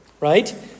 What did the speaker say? Right